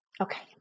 Okay